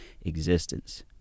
existence